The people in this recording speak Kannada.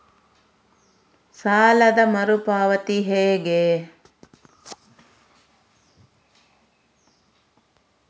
ಸಾಲದ ಮರು ಪಾವತಿ ಹೇಗೆ?